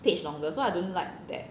page longer so I don't like that